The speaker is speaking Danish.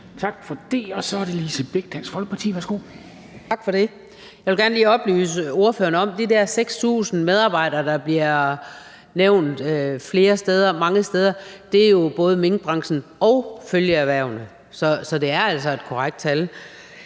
Tak for det. Så er det Lise Bech, Dansk Folkeparti. Værsgo. Kl. 21:38 Lise Bech (DF): Tak for det. Jeg vil gerne lige oplyse ordføreren om, at de der 6.000 medarbejdere, der bliver nævnt mange steder, jo både er i minkbranchen og følgeerhvervene. Så det er altså et korrekt tal.